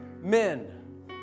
men